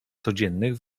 codziennych